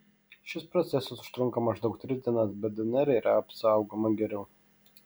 šis procesas užtrunka maždaug tris dienas bet dnr yra apsaugoma geriau